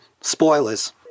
spoilers